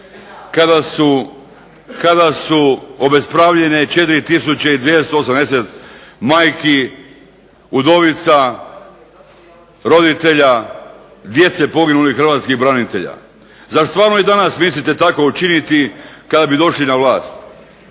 kada su obespravljene 4 tisuće 280 majki, udovica, roditelja djece poginulih hrvatskih branitelja. Zar stvarno i danas mislite tako učiniti kada bi došli na vlast?